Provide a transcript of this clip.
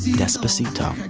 despacito.